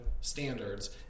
standards